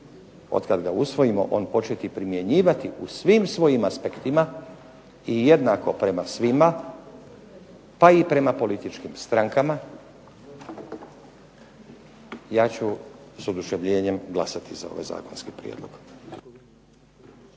otkad ga usvojimo on početi primjenjivati u svim svojim aspektima i jednako prema svima pa i prema političkim strankama, ja ću s oduševljenjem glasati za ovaj zakonski prijedlog.